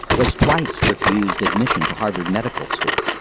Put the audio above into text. was twice refused admission to harvard medical school.